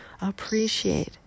appreciate